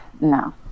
No